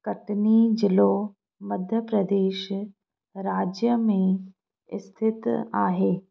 कटनी जिलो मध्य प्रदेश राज्य में स्थितु आहे